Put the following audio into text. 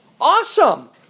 awesome